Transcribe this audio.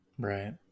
Right